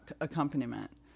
accompaniment